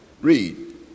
Read